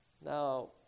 Now